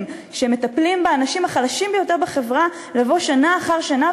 שמטפלים באנשים החלשים ביותר בחברה לבוא שנה אחר שנה